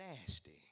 nasty